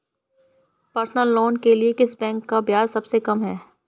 Personal loan के लिए किस बैंक का ब्याज सबसे कम है?